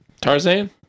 Tarzan